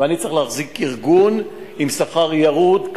ואני צריך להחזיק ארגון עם שכר ירוד.